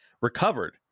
recovered